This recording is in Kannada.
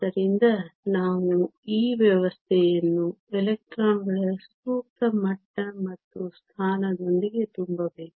ಆದ್ದರಿಂದ ನಾವು ಈ ವ್ಯವಸ್ಥೆಯನ್ನು ಎಲೆಕ್ಟ್ರಾನ್ಗಳ ಸೂಕ್ತ ಮಟ್ಟ ಮತ್ತು ಸ್ಥಾನದೊಂದಿಗೆ ತುಂಬಬೇಕು